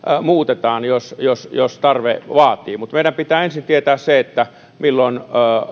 muutetaan jos jos tarve vaatii mutta meidän pitää ensin tietää se milloin